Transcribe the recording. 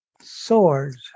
swords